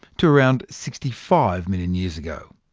to around sixty five million years ago.